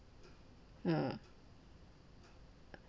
uh